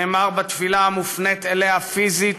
נאמר בתפילה המופנית אליה פיזית,